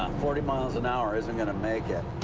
um forty miles an hour isn't gonna make it.